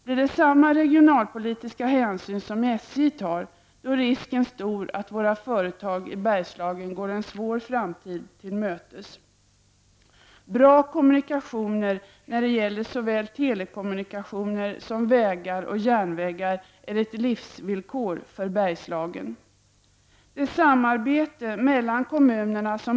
Blir det samma regionalpolitiska hänsyn som SJ tar, då är risken stor att våra företag i Bergslagen går en svår framtid till mötes. Bra kommunikationer när det gäller såväl telekommunikationer som vägar och järnvägar är ett livsvillkor för Bergslagen.